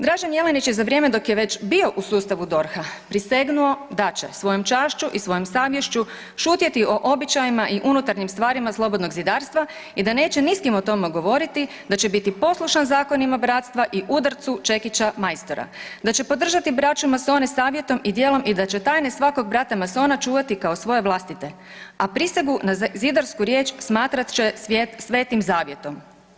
Dražen Jelenić je za vrijeme dok je već bio u sustavu DORH-a prisegnuo da će svojom čašću i svojom savješću šutjeti o običajima i unutarnjim stvarima slobodnog zidarstva i da neće ni s kim o tome govoriti, da će biti poslušan zakonima bratstva i udarcu čekića majstora, da će podržati braću masone savjetom i djelom i da će tajne svakog brata masona čuvati kao svoje vlastite, a prisegu na zidarsku riječ smatrat će svetim zavjetom.